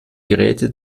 geräte